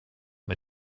mit